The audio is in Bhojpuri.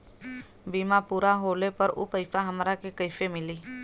बीमा पूरा होले पर उ पैसा हमरा के कईसे मिली?